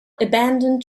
abandoned